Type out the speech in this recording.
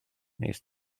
nes